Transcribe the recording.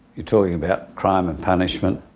you're talking about crime and punishment.